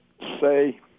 say